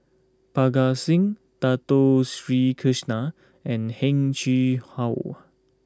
Parga Singh Dato Sri Krishna and Heng Chee How